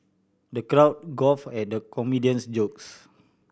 the guard guffawed at the comedian's jokes